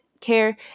care